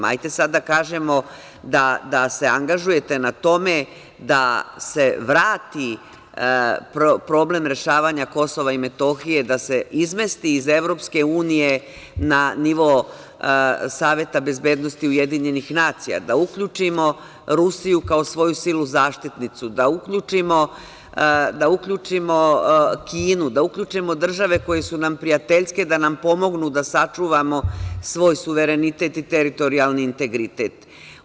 Ajte sada da kažemo da se angažujete na tome da se vrati problem rešavanja KiM, da se izmesti iz EU na nivo Saveta bezbednosti UN, da uključimo Rusiju kao svoju silu zaštitniku, da uključimo Kinu, da uključimo države koje su nam prijateljske da nam pomognu da sačuvamo svoj suverenitet i teritorijalni integritet.